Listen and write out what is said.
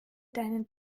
deinen